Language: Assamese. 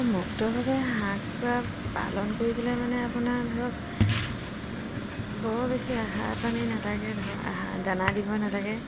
মুক্তভাৱে হাঁহ কুকুৰা পালন কৰিবলে মানে আপোনাৰ ধৰক বৰ বেছি আহাৰ পানী নাথাকে ধৰক আহাৰ দানা দিব নাথাকে